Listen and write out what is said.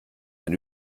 ein